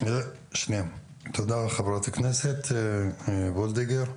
תודה לחברת הכנסת מיכל וולדיגר.